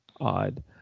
odd